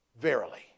verily